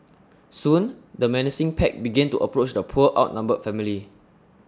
soon the menacing pack began to approach the poor outnumbered family